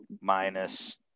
minus